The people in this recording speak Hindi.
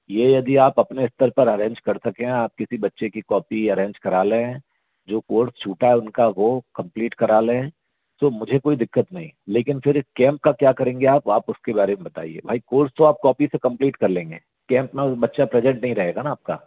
ये यदि आप अपने स्तर पर अरेंज कर सकें आप किसी बच्चे की कॉपी अरेंज करा लें जो कोर्स छूटा है उनका वो कंप्लीट करा लें तो मुझे कोई दिक्कत नहीं लेकिन फिर इस कैम्प का क्या करेंगे आप आप उसके बारे में बताइए भाई कोर्स तो आप कॉपी से कंप्लीट कर लेंगे कैम्प में बच्चा प्रेजेंट नहीं रहेगा ना आपका